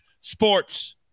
Sports